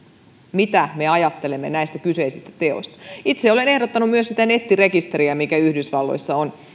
mitä me ajattelemme näistä kyseisistä teoista itse olen ehdottanut myös sitä nettirekisteriä mikä yhdysvalloissa on